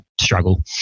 struggle